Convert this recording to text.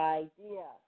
idea